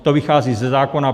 To vychází ze zákona.